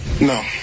No